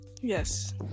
Yes